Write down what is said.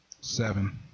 Seven